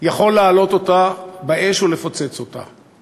יכול להעלות אותה באש ולפוצץ אותה.